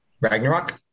Ragnarok